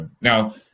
now